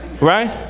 right